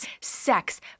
sex